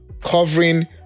covering